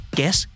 Guess